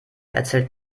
erzählt